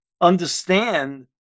understand